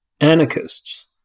anarchists